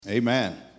Amen